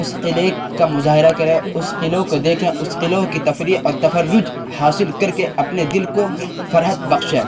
اس قلعے کا مظاہرہ کریں اس قلعوں کو دیکھیں اس قلعوں کی تفریح اور تفرج حاصل کر کے اپنے دل کو فرحت بخشے